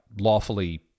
lawfully